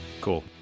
cool